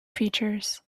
features